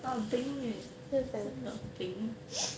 ah beng eh isn't a thing